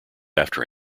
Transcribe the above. after